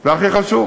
זה הכי חשוב,